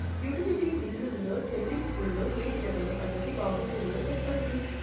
Utility బిల్లులో చెల్లింపులో ఏ విధమైన పద్దతి బాగుంటుందో సెప్పండి?